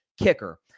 kicker